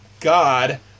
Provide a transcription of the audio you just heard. god